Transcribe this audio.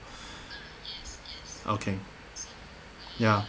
okay ya